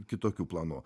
kitokių planų